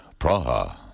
Praha